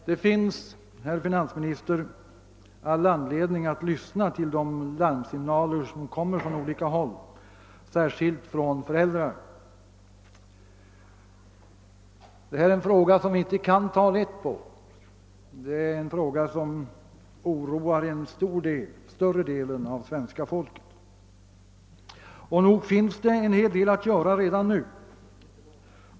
Det finns, herr finansminister, all anledning att lyssna till de larmsignaler som kommer från olika håll, särskilt från föräldrar. Detta är en fråga som oroar större delen av svenska folket och som vi inte kan ta lätt på. Nog finns det en hel del att göra redan nu.